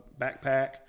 backpack